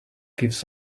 gives